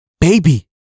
Baby